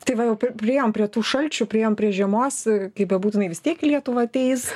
tai va jau priėjom prie tų šalčių priėjom prie žiemos kaip bebūtų jinai vis tiek į lietuvą ateis